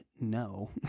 no